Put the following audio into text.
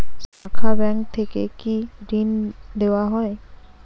শাখা ব্যাংক থেকে কি ঋণ দেওয়া হয়?